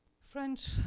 French